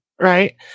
right